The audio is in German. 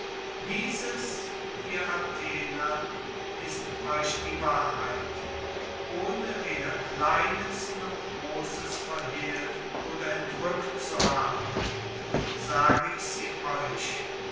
dieses ihr athener ist euch die wahrheit ohne weder kleines noch großes verhehlt oder entrückt zu haben sage ich sie euch